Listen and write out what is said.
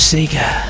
Sega